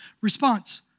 response